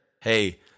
hey